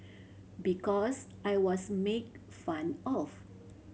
because I was make fun of